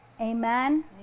Amen